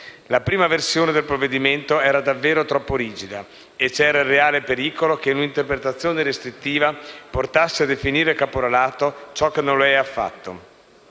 La prima versione del provvedimento era davvero troppo rigida e si correva il reale pericolo che un'interpretazione restrittiva portasse a definire caporalato ciò che non lo è affatto.